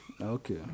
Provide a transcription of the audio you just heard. okay